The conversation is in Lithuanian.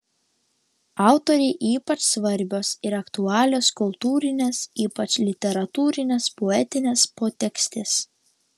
autorei ypač svarbios ir aktualios kultūrinės ypač literatūrinės poetinės potekstės